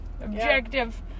Objective